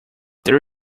there